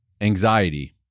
Anxiety